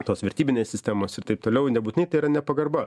tos vertybinės sistemos ir taip toliau nebūtinai tai yra nepagarba